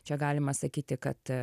čia galima sakyti kad